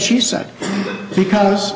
she said because